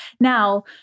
Now